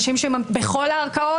בכל הערכאות?